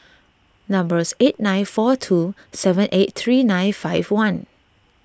numbers eight nine four two seven eight three nine five one